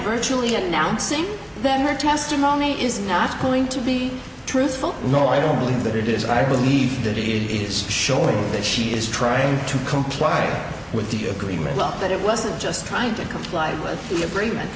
virtually announcing that her testimony is not going to be truthful no i don't believe that it is i believe that it is showing that she is trying to comply with the agreement up that it wasn't just trying to comply with the agreement